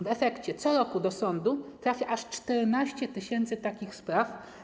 W efekcie co roku do sądów trafia aż 14 tys. takich spraw.